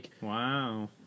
Wow